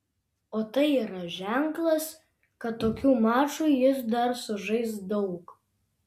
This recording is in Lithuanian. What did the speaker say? o tai yra ženklas kad tokių mačų jis dar sužais daug